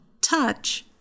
Touch